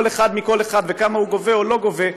אחד מכל אחד וכמה הוא גובה או לא גובה,